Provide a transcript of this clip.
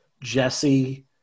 Jesse